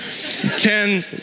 ten